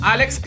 Alex